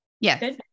Yes